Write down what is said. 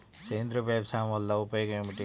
సేంద్రీయ వ్యవసాయం వల్ల ఉపయోగం ఏమిటి?